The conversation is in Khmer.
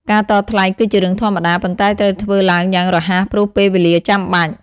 ការតថ្លៃគឺជារឿងធម្មតា ប៉ុន្តែត្រូវធ្វើឡើងយ៉ាងរហ័ស ព្រោះពេលវេលាចាំបាច់។